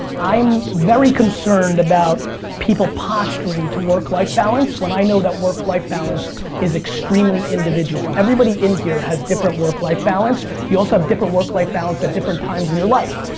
i'm very concerned about people posturing to work-life balance, when i know that work-life balance is extremely individual. everybody in here has different work-life balance. you also have different work-life balance at different times in your life.